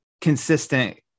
consistent